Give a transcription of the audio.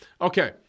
Okay